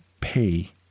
pay